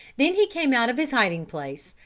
then he came out of his hiding-place,